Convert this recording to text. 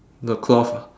the cloth